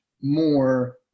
more